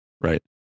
right